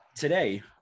today